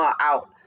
out